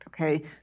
okay